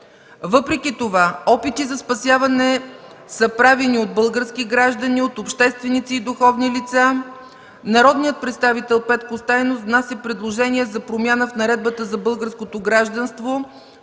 Въпреки това опити за спасяване са правени от български граждани, от общественици и духовни лица. Народният представител Петко Стайнов внася предложение за промяна в Наредбата за българското гражданство,